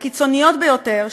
הקיצוניות ביותר,